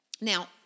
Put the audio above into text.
Now